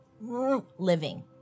living